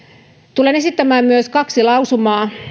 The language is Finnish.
tulen esittämään myös kaksi lausumaa